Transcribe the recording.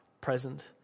present